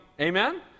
amen